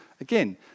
again